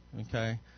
okay